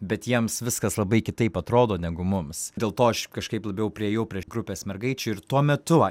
bet jiems viskas labai kitaip atrodo negu mums dėl to aš kažkaip labiau priėjau prie grupės mergaičių ir tuo metu